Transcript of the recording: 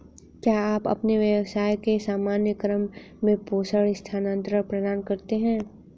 क्या आप अपने व्यवसाय के सामान्य क्रम में प्रेषण स्थानान्तरण प्रदान करते हैं?